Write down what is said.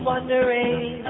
Wondering